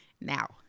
Now